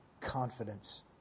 confidence